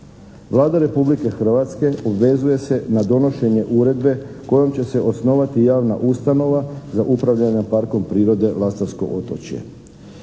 Vlada Republike Hrvatske obvezuje se na donošenje uredbe kojom će se osnovati javna ustanova za upravljanje Parkom prirode "Lastovsko otočje".